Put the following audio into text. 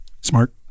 Smart